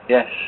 Yes